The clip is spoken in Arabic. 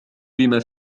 بما